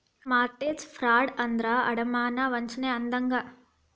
mortgage fraud ಅಂದ್ರ ಅಡಮಾನ ವಂಚನೆ ಅಂದಂಗ